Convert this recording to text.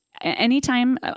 Anytime